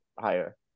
higher